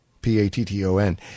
P-A-T-T-O-N